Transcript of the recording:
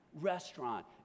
restaurant